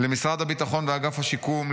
למשרד הביטחון ואגף השיקום,